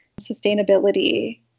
sustainability